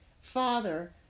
father